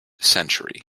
century